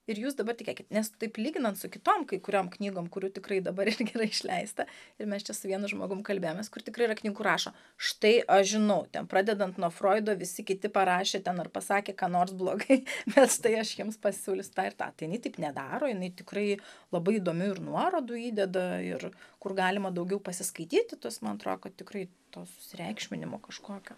ir jūs dabar tikėkit nes taip lyginant su kitom kai kuriom knygom kurių tikrai dabar irgi gerai išleista ir mes čia su vienu žmogum kalbėjomės kur tikrai yra knygų rašo štai aš žinau ten pradedant nuo froido visi kiti parašė ten ar pasakė ką nors blogai nes tai aš jiems pasiūlysiu tą ir tą tai jinai taip nedaro jinai tikrai labai įdomių ir nuorodų įdeda ir kur galima daugiau pasiskaityti tos man atrodo kad tikrai to susireikšminimo kažkokio